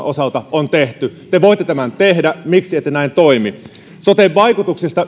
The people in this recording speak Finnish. osalta on tehty te voitte tämän tehdä miksi ette näin toimi soten vaikutuksista